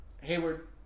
Hayward